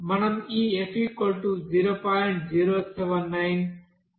మనం ఈ f0